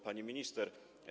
Pani Minister!